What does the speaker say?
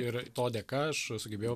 ir to dėka aš sugebėjau